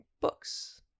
books